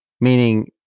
meaning